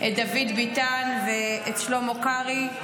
את דוד ביטן ואת שלמה קרעי.